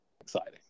exciting